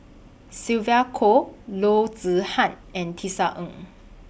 Sylvia Kho Loo Zihan and Tisa Ng